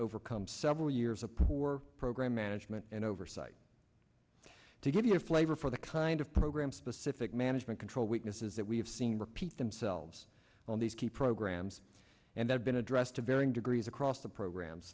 overcome several years of poor program management and oversight to give you a flavor for the kind of program specific management control weaknesses that we have seen repeat themselves on these key programs and they've been addressed to varying degrees across the programs